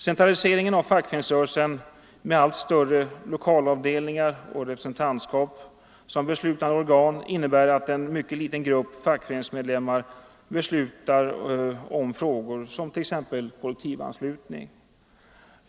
Centraliseringen av fackföreningsrörelsen med allt större lokalavdelningar och representantskap som beslutande organ innebär att en mycket liten grupp fackföreningsmedlemmar beslutar i frågor om t.ex. kollektivanslutning.